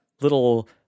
Little